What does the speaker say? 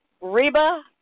Reba